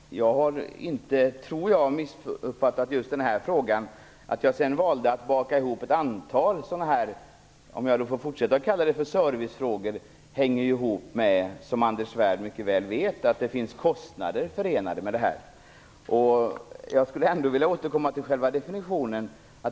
Fru talman! Jag tror inte att jag har missuppfattat just den här frågan. Att jag sedan valde att baka ihop ett antal sådana här servicefrågor - om jag får fortsätta att kalla dem så - hänger, som Anders Svärd mycket väl vet, ihop med att det finns kostnader förenade med detta. Jag skulle ändå vilja återkomma till själva definitionen.